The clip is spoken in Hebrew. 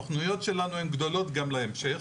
התוכניות שלנו הן גדולות גם להמשך,